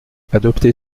adopter